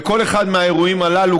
בכל אחד מהאירועים הללו,